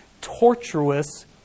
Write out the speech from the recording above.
tortuous